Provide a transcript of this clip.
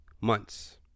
months